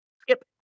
Skip